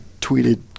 tweeted